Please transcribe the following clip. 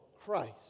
Christ